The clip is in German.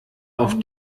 auf